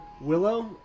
Willow